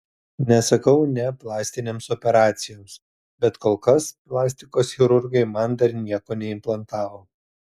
nesakau ne plastinėms operacijoms bet kol kas plastikos chirurgai man dar nieko neimplantavo